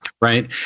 Right